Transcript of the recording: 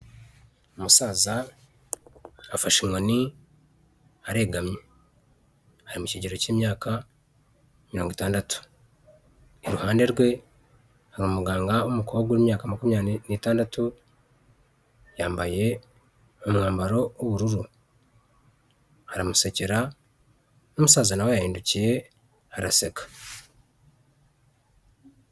Umusaza afashe inkoni aregamye, ari mu kigero cy'imyaka mirongo itandatu, iruhande rwe hari umuganga w'umukobwa w'imyaka makumyabiri n'itandatu yambaye umwambaro w'ubururu, aramusekera, umusaza nawe we yahindukiye araseka.